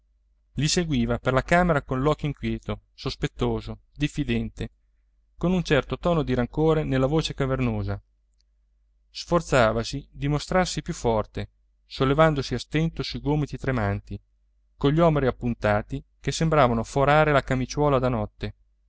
i seguiva per la camera con l'occhio inquieto sospettoso diffidente con un certo tono di rancore nella voce cavernosa sforzavasi di mostrarsi più forte sollevandosi a stento sui gomiti tremanti cogli omeri appuntati che sembravano forare la camiciuola da notte